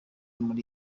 muri